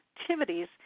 activities